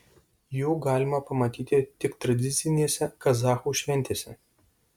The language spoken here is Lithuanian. jų galima pamatyti tik tradicinėse kazachų šventėse